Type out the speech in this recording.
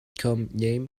game